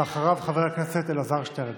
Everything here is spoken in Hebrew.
אחריו, חבר הכנסת אלעזר שטרן.